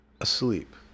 asleep